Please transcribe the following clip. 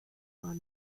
are